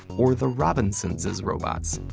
or the robinsons's robots?